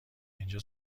اینجا